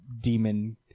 demon